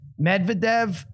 Medvedev